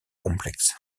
complexe